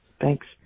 Thanks